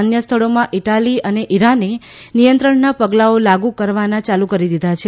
અન્ય સ્થળોમાં ઇટાલી અને ઇરાને નિયંત્રણના પગલાંઓ લાગુ કરવાના ચાલુ કરી દીધા છે